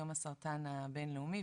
יום הסרטן הבינלאומי,